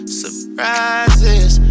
surprises